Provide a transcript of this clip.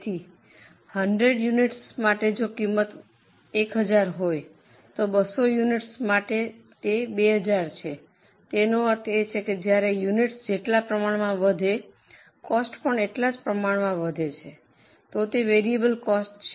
તેથી 100 યુનિટ્સ માટે જો કિંમત 1000 છે તો 200 યુનિટ્સ માટે તે 2000 છે તેનો અર્થ એ કે જ્યારે યુનિટ્સ જેટલા પ્રમાણમાં વધે કોસ્ટ પણ તેટલા જ પ્રમાણમાં વધે તો તે વેરિયેબલ કોસ્ટ છે